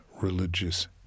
religious